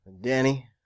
Danny